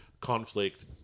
conflict